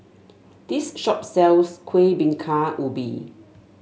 this shop sells Kuih Bingka Ubi